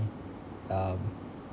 um